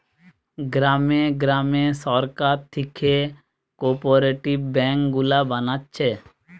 গ্রামে গ্রামে সরকার থিকে কোপরেটিভ বেঙ্ক গুলা বানাচ্ছে